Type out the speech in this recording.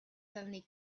suddenly